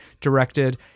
directed